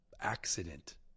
accident